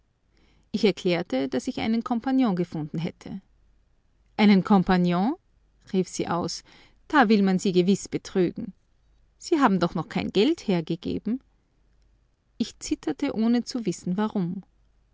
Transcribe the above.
ich erklärte daß ich einen compagnon gefunden hätte einen compagnon rief sie aus da will man sie gewiß betrügen sie haben doch noch kein geld hergegeben ich zitterte ohne zu wissen warum